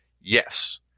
Yes